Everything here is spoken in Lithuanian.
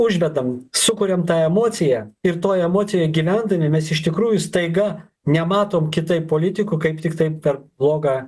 užvedame sukuriame tą emociją ir toj emocijoj gyvendami mes iš tikrųjų staiga nematom kitaip politikų kaip tiktai per blogą